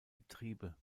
getriebe